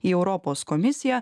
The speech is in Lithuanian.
į europos komisiją